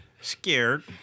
Scared